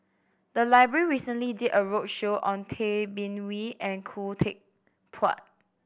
the library recently did a roadshow on Tay Bin Wee and Khoo Teck Puat